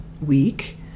week